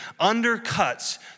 undercuts